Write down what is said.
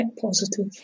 positive